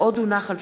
מוחמד ברכה,